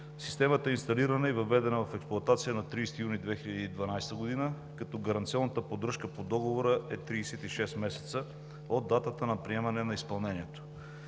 Системата е инсталирана и въведена в експлоатация на 30 юни 2012 г., като гаранционната поддръжка по договора е 36 месеца от датата на приемане на изпълнението.